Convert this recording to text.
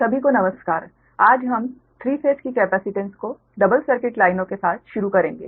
इसलिए आज हम 3 फेस की कैपेसिटेंस को डबल सर्किट लाइनों के साथ शुरू करेंगे